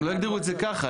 הם לא הגדירו את זה ככה,